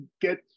get